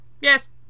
Yes